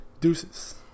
Deuces